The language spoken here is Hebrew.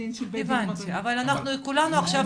דין של בית דין --- יש מקרים אחרים,